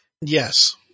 Yes